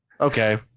Okay